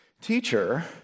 Teacher